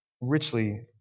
richly